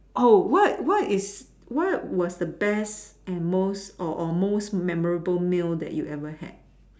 oh what what is what was the best and most or or most memorable meal that you ever had